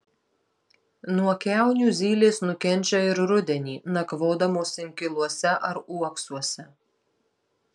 nuo kiaunių zylės nukenčia ir rudenį nakvodamos inkiluose ar uoksuose